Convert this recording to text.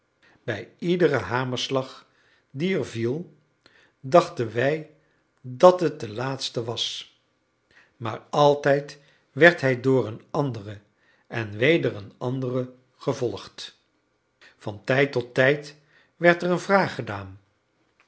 bij iederen hamerslag die er viel dachten wij dat het de laatste was maar altijd werd hij door een anderen en weder een anderen gevolgd van tijd tot tijd werd er een vraag gedaan